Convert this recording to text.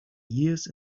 years